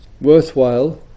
worthwhile